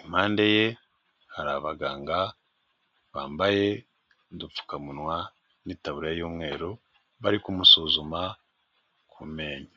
impande ye hari abaganga bambaye udupfukamunwa n'itaburiya y'umweru, bari kumusuzuma ku menyo.